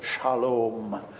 shalom